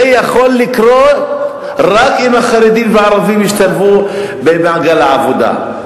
זה יכול לקרות רק אם החרדים והערבים ישתלבו במעגל העבודה.